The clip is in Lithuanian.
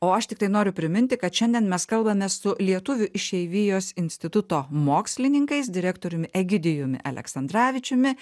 o aš tiktai noriu priminti kad šiandien mes kalbame su lietuvių išeivijos instituto mokslininkais direktoriumi egidijumi aleksandravičiumi